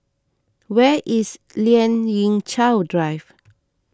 where is Lien Ying Chow Drive